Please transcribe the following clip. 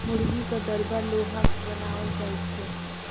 मुर्गीक दरबा लोहाक बनाओल जाइत छै